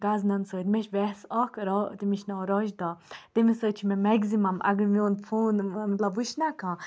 کَزنَن سۭتۍ مےٚ چھِ وٮ۪سہٕ اَکھ را تٔمِس چھِ ناو راشِداہ تٔمِس سۭتۍ چھِ مےٚ مٮ۪کزِمَم اگر میون فون مطلب وٕچھِ نہ کانٛہہ